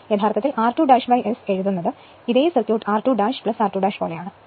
യഥാർത്ഥത്തിൽ നമ്മൾ r2 S എഴുതുന്നത് ഇതേ സർക്യൂട്ട് r2 r2 പോലെയാണ്